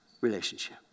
relationship